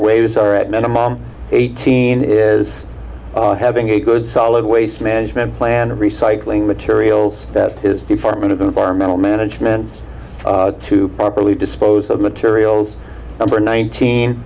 waves are at minimum eighteen is having a good solid waste management plan recycling materials that is department of environmental management to properly dispose of materials number nineteen